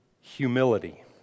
humility